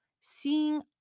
seeing